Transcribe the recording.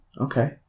Okay